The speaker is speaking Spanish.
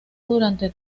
durante